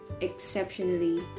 exceptionally